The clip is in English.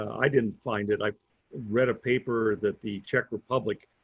i didn't find it. i read a paper that the czech republic